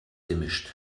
gemischt